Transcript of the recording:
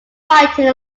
fighting